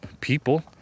people